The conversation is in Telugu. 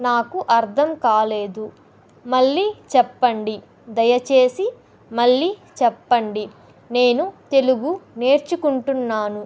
నాకు అర్థం కాలేదు మళ్ళీ చెప్పండి దయచేసి మళ్ళీ చెప్పండి నేను తెలుగు నేర్చుకుంటున్నాను